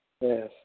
Yes